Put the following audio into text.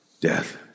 death